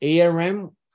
ARM